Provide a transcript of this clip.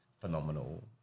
phenomenal